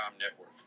network